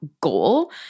goal